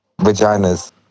vaginas